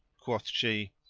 quoth she,